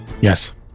Yes